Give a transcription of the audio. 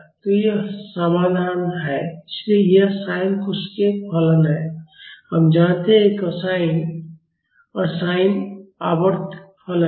तो यह समाधान है इसलिए ये sin और cos के फलन हैं हम जानते हैं कि cosine और sine आवर्त फलन हैं